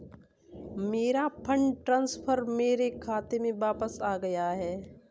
मेरा fund transfer मेरे खाते में वापस आ गया है